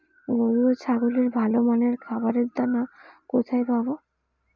গরু ও ছাগলের ভালো মানের খাবারের দানা কোথায় পাবো?